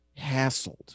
hassled